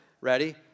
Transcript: Ready